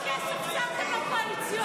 כמה כסף שמתם בקואליציוני?